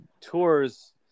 tours